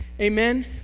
Amen